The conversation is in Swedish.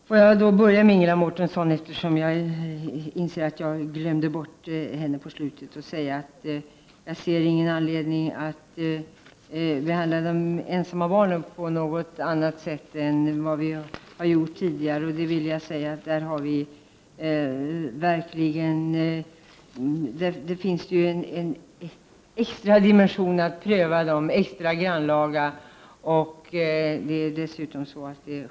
Herr talman! Får jag börja med att besvara Ingela Mårtenssons fråga. Jag inser att jag glömde bort det på slutet. Jag ser ingen anledning att behandla de ensamma barnen på något annat sätt än vad vi har gjort tidigare. I deras fall finns verkligen en extra dimension, som föranleder en särskilt grannlaga prövning.